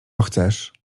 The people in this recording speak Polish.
chcesz